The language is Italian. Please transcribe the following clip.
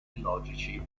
illogici